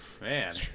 Man